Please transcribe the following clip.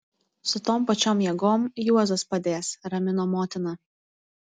su tom pačiom jėgom juozas padės ramino motina